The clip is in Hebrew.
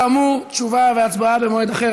כאמור, תשובה והצבעה במועד אחר.